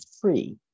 free